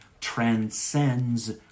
transcends